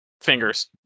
Fingers